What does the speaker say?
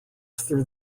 through